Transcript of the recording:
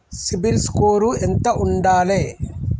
CIBIL score ఎంత ఉండాలే?